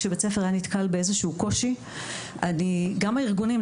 כשבית ספר היה נתקל באיזה שהוא קושי גם הארגונים,